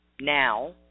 Now